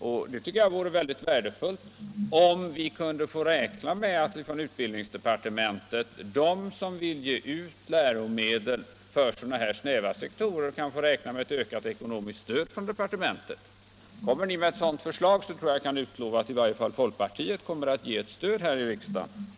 Jag tycker att det vore värdefullt, om de som vill ge ut läromedel för sådana här små sektorer kunde få räkna med ett ökat ekonomiskt stöd från utbildningsdepartementet. Kommer ni med ett sådant förslag, tror jag att jag kan utlova att i varje fall folkpartiet kommer att ge det sin anslutning här i riksdagen.